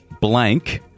Blank